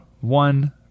one